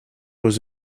was